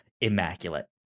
immaculate